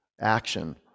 action